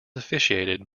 officiated